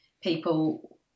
people